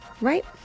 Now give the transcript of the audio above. right